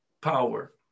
power